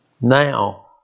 Now